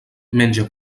menja